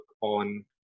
on